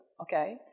Okay